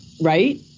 right